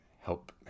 help